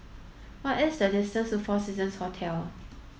what is the distance to Four Seasons Hotel